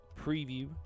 preview